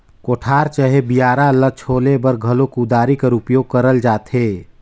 कोठार चहे बियारा ल छोले बर घलो कुदारी कर उपियोग करल जाथे